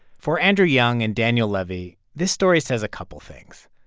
for andrew young and daniel levy, this story says a couple things.